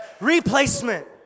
Replacement